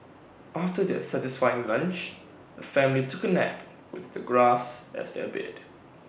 after their satisfying lunch the family took A nap with the grass as their bed